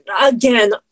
again